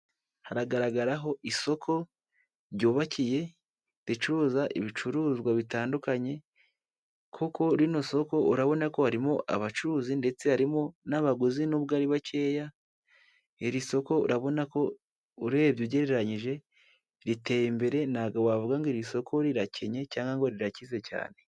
Haragaragaraho isoko ryubakiye ricuruza ibicuruzwa bitandukanye kuko rino soko urabona ko harimo abacuruzi ndetse harimo n'abaguzi n'ubwo ari bakeya, iri soko urabona ko urebye, ugereranyije riteye imbere ntabwo wavuga ngo iri soko rirakennye cyangwa ngo rirakize cyane.